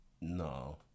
No